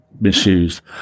misused